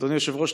אדוני היושב-ראש,